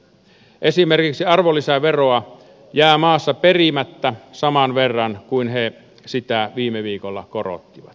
esimerkiksi arvonlisäveroa jää maassa perimättä saman verran kuin he sitä viime viikolla korottivat